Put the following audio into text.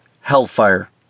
Hellfire